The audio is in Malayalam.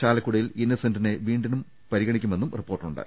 ചാലക്കുടിയിൽ ഇന്നസെന്റിനെ വീണ്ടും പരിഗണിക്കുമെന്നും റിപ്പോർട്ടുണ്ട്